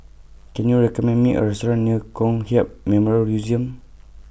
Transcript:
Can YOU recommend Me A Restaurant near Kong Hiap Memory Museum